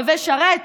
נווה שרת,